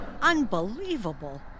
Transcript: Unbelievable